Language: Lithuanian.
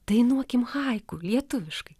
dainuokim haiku lietuviškai